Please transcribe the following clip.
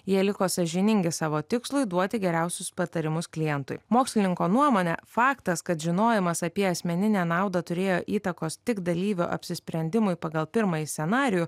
jie liko sąžiningi savo tikslui duoti geriausius patarimus klientui mokslininko nuomone faktas kad žinojimas apie asmeninę naudą turėjo įtakos tik dalyvio apsisprendimui pagal pirmąjį scenarijų